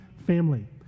family